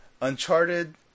Uncharted